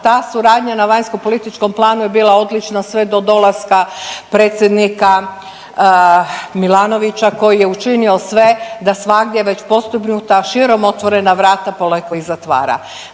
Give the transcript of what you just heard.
Ta suradnja na vanjskopolitičkom planu je bila odlična sve do dolaska predsjednika Milanovića koji je učinio sve da svagdje već postignuta širom otvorena vrata polako i zatvara.